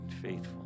faithful